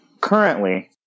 Currently